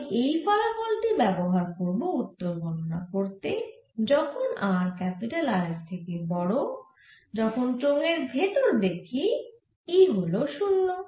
আমি এই ফলাফল টি ব্যবহার করব উত্তর গননা করতে যখন r ক্যাপিটাল R এর থেকে বড় যখন চোঙের ভেতরে দেখি E হল 0